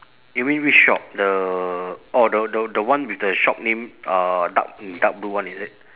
you mean which shop the orh the the the one with the shop name uh dark in dark blue one is it